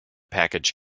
package